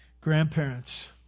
Grandparents